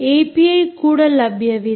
API ಕೂಡ ಲಭ್ಯವಿದೆ